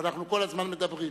אבל אנחנו כל הזמן מדברים.